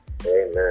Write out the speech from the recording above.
Amen